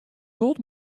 gold